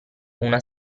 una